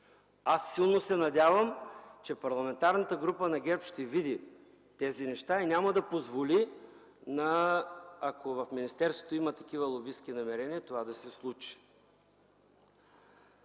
Аз силно се надявам, че Парламентарната група на ГЕРБ ще види тези неща и няма да позволи, ако в министерството има такива лобистки намерения, това да се случи.